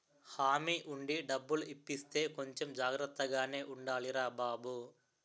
హామీ ఉండి డబ్బులు ఇప్పిస్తే కొంచెం జాగ్రత్తగానే ఉండాలిరా బాబూ